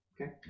Okay